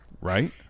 Right